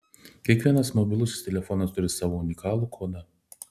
kiekvienas mobilusis telefonas turi savo unikalų kodą